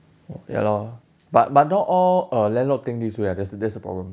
ya lor but but not all uh landlord think this way ah that's that's the problem